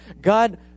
God